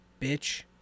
bitch